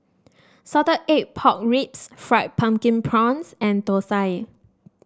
Salted Egg Pork Ribs Fried Pumpkin Prawns and Thosai